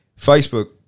Facebook